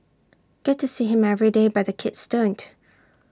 get to see him every day but the kids don't